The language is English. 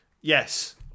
Yes